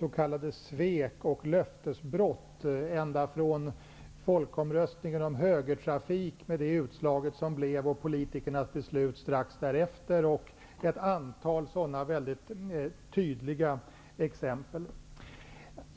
s.k. svek och löftesbrott -- ända från folkomröstningen om högertrafik med det utslag som denna gav och politikernas beslut strax efter fram till ett antal andra mycket tydliga exempel.